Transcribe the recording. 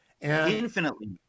Infinitely